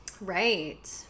Right